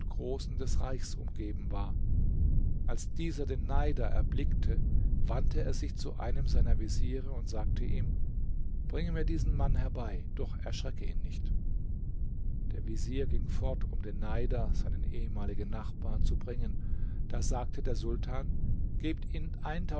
großen des reichs umgeben war als dieser den neider erblickte wandte er sich zu einem seiner veziere und sagte ihm bringe mir diesen mann herbei doch erschrecke ihn nicht der vezier ging fort um den neider seinen ehemaligen nachbar zu bringen da sagte der sultan gebt ihm